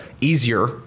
easier